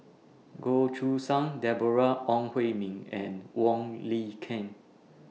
Goh Choo San Deborah Ong Hui Min and Wong Lin Ken